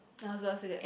I was about to say that